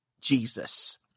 Jesus